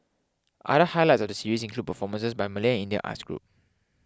other highlights of the series include performances by Malay and Indian arts groups